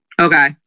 Okay